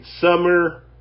Summer